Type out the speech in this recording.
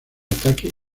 ataque